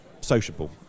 sociable